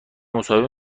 مصاحبه